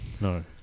No